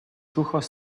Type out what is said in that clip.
durchaus